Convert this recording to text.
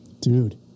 dude